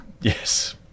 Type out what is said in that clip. Yes